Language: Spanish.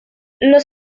los